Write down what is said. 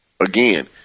Again